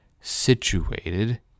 situated